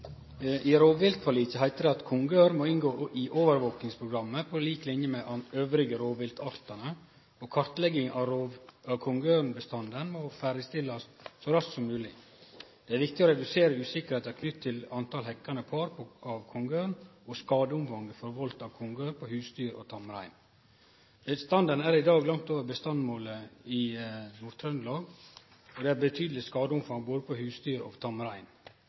i overvåkingsprogrammet på lik linje med de øvrige rovviltartene, og kartlegging av kongeørnbestanden må ferdigstilles så raskt som mulig. Det er viktig å redusere usikkerheten knyttet til antall hekkende par av kongeørn og skadeomfanget forvoldt av kongeørn på husdyr og tamrein.» Bestanden er i dag langt over bestandsmålet. I Nord-Trøndelag er det betydeleg skadeomfang både på husdyr og på tamrein.